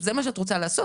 "..זה מה שאת רוצה לעשות?